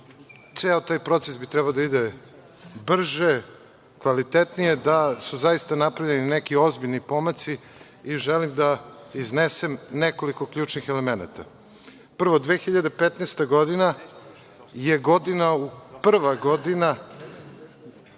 ceo taj proces bi trebao da ide brže, kvalitetnije, da su zaista napravljeni neki ozbiljni pomaci i želim da iznesem nekoliko ključnih elemenata. Prvo, 2015. godina je prva godina